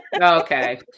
Okay